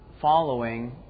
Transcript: following